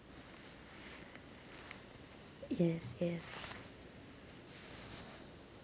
yes yes